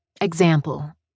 Example